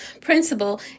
principle